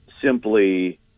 simply